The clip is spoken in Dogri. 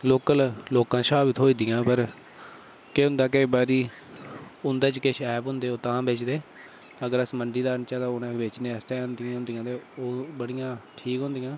लोकल लोकें शा बी थ्होई जंदियां पर केह् होंदा कि केईं बारी उं'दे च किश ऐब होंदे ते ओह् तां बेचदे अगर अस मंडी दा आनचै तां उ'नें बेचने आस्तै आंदी दी होंदियां तां ओह् बड़ियां ठीक होंदियां